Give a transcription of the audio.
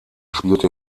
spielte